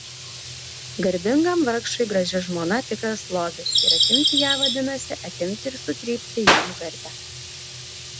garbingam vargšui graži žmona tikras lobis ir atimti ją vadinasi atimti ir sutrypti jam garbę